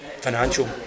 financial